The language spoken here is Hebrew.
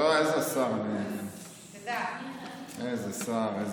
לא, איזה שר, איזה שר.